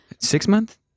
six-month